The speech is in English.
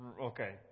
Okay